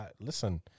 Listen